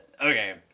okay